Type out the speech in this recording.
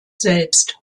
selbst